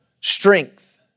strength